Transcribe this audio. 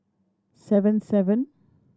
seven seven